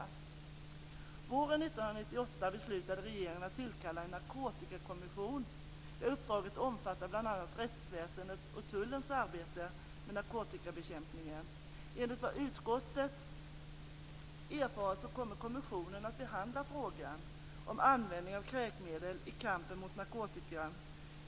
Våren 1998 beslutade regeringen att tillkalla en narkotikakommission där uppdraget omfattade bl.a. rättsväsendets och tullens arbete med narkotikabekämpningen. Enligt vad utskottet erfarit kommer kommissionen att behandla frågan om användning av kräkmedel i kampen mot narkotika.